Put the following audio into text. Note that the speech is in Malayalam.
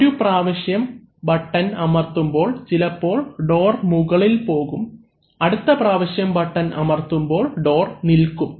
ഒരു പ്രാവശ്യം ബട്ടൺ അമർത്തുമ്പോൾ ചിലപ്പോൾ ഡോർ മുകളിൽ പോകും അടുത്ത പ്രാവശ്യം ബട്ടൺ അമർത്തുമ്പോൾ ഡോർ നിൽക്കും